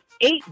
eight